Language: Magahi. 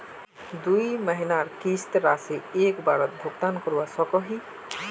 दुई महीनार किस्त राशि एक बारोत भुगतान करवा सकोहो ही?